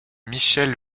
michel